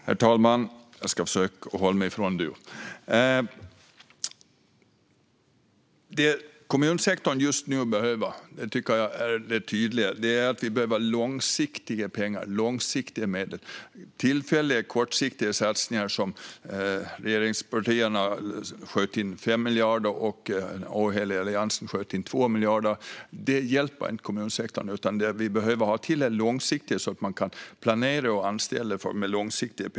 Herr talman! Jag ska försöka låta bli att säga du. Det som kommunsektorn just nu behöver tycker jag är tydligt, nämligen långsiktiga pengar. Tillfälliga och kortsiktiga satsningar - regeringspartierna sköt till 5 miljarder kronor, och den oheliga alliansen sköt till 2 miljarder kronor - hjälper inte kommunsektorn. Det behövs långsiktiga pengar så att man långsiktigt kan planera och anställa människor.